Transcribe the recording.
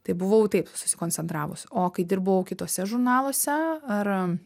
tai buvau taip susikoncentravusi o kai dirbau kituose žurnaluose ar